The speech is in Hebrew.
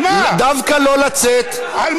אני רוצה להבין איפה טעיתי.